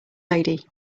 lady